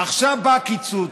עכשיו בא הקיצוץ,